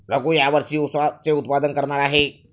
रघू या वर्षी ऊसाचे उत्पादन करणार आहे